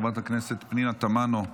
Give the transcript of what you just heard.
חברת הכנסת פנינה תמנו,